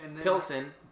Pilsen